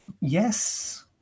yes